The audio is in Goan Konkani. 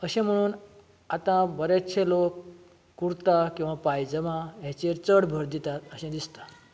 अशें म्हणून आता बरेंचशें लोक कुर्ता किंवा पायजमा ह्याचेर चड भर दितात अशें दिसतात